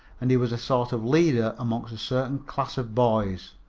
and he was a sort of leader among a certain class of boys.